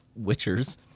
witchers